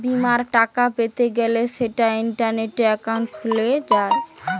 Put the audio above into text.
বিমার টাকা পেতে গ্যলে সেটা ইন্টারনেটে একাউন্ট খুলে যায়